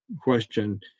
question